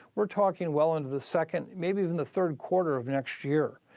we're talking well into the second, maybe even the third quarter of next year.